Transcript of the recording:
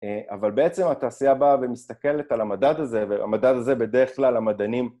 אבל בעצם התעשייה באה ומסתכלת על המדד הזה, והמדד הזה בדרך כלל המדענים